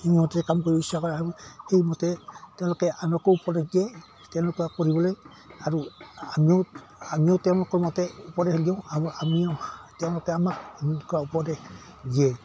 সেইমতে কাম কৰিব ইচ্ছা কৰে আৰু সেইমতে তেওঁলোকে আনকো উপদেশ দিয়ে তেনেকুৱা কৰিবলে আৰু আমিও আমিও তেওঁলোকৰ মতে উপদেশ দিওঁ আৰু আমিও তেওঁলোকে আমাক সেনেকুৱা উপদেশ দিয়ে